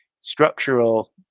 structural